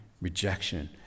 Rejection